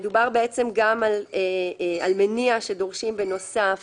מדובר גם בעצם על מניע שדורשים בנוסף